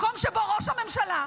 מקום שבו ראש הממשלה,